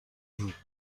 vous